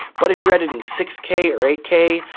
but if you're editing six k or eight k,